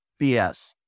BS